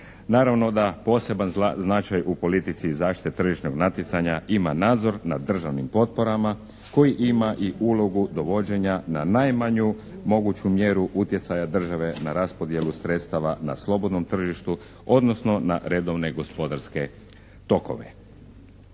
Naravno da poseban značaj u politici i zaštiti tržišnog natjecanja ima nadzor nad državnim potporama koji ima i ulogu dovođenja na najmanju moguću mjeru utjecaja države na raspodjelu sredstava na slobodnom tržištu odnosno na redovne gospodarske tokove.